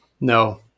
no